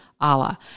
Allah